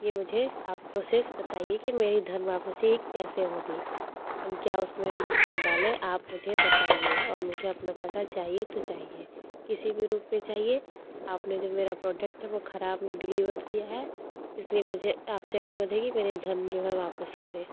यह मुझे आप प्रोसेस बताइए की मेरी धन वापसी कैसे होगी हम क्या उसमें डालें आप मुझे बताइए और मुझे अपना पैसा चाहिए तो चाहिए किसी भी रूप में चाहिए आपने जो मेरा प्रोडक्ट है वह ख़राब डिलीवर्ड किया है इसलिए मुझे आपसे अनुरोध है कि मेरे धन जो है वापस करें